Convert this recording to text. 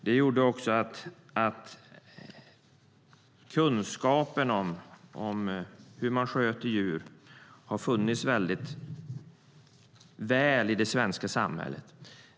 Det gjorde också att kunskapen om hur man sköter djur har varit väl utbredd i det svenska samhället.